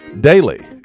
Daily